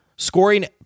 Scoring